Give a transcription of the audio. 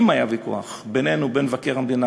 אם היה ויכוח בינינו לבין מבקר המדינה,